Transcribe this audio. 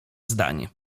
zdań